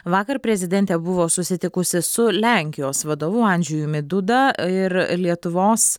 vakar prezidentė buvo susitikusi su lenkijos vadovu andžejumi duda ir lietuvos